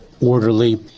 orderly